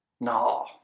No